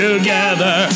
Together